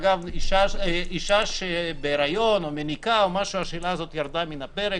אישה שבהריון או מניקה השאלה הזו ירדה מהפרק,